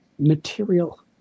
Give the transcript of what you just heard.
material